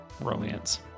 romance